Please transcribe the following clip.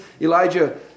Elijah